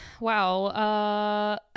wow